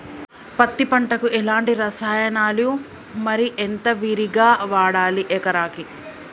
పత్తి పంటకు ఎలాంటి రసాయనాలు మరి ఎంత విరివిగా వాడాలి ఎకరాకి?